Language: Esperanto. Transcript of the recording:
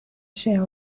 ŝia